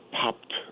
popped